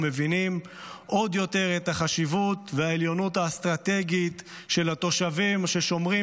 ומבינים עוד יותר את החשיבות והעליונות האסטרטגית של התושבים ששומרים